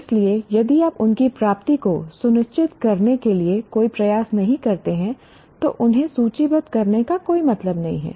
इसलिए यदि आप उनकी प्राप्ति को सुनिश्चित करने के लिए कोई प्रयास नहीं करते हैं तो उन्हें सूचीबद्ध करने का कोई मतलब नहीं है